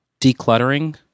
decluttering